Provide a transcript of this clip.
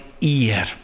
ear